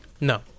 No